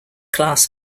class